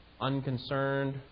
unconcerned